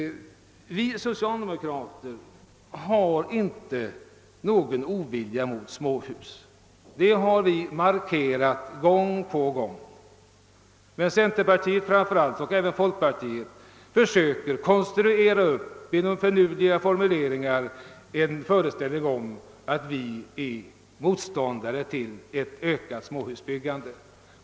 Vi socialdemokrater har inte någon ovilja mot småhus. Det har vi markerat gång på gång. Men centerpartiet — och även folkpartiet — försöker genom finurliga formuleringar konstruera en föreställning om att vi är motståndare till ett ökat småhusbyggande.